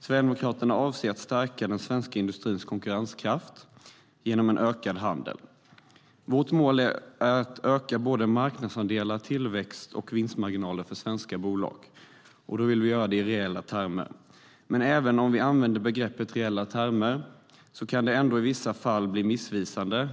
Sverigedemokraterna avser att stärka den svenska industrins konkurrenskraft genom en ökad handel. Vårt mål är att öka såväl marknadsandelar som tillväxt och vinstmarginaler för svenska bolag, och då vill vi göra det i reella termer. Men även om vi använder begreppet "reella termer" kan det ändå i vissa fall bli missvisande.